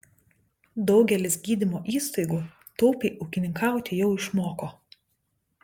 daugelis gydymo įstaigų taupiai ūkininkauti jau išmoko